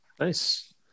nice